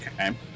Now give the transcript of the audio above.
Okay